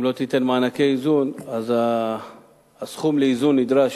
אם לא תיתן מענקי איזון אז הסכום לאיזון נדרש